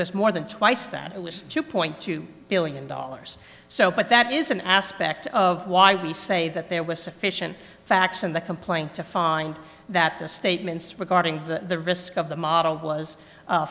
was more than twice that it was two point two billion dollars so but that is an aspect of why we say that there was sufficient facts in the complaint to find that the statements regarding the risk of the model was